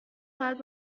باید